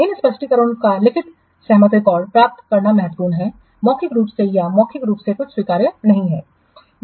इन स्पष्टीकरणों का लिखित सहमत रिकॉर्ड प्राप्त करना महत्वपूर्ण है मौखिक रूप से या मौखिक रूप से कुछ स्वीकार न करें